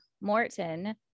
Morton